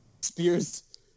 Spears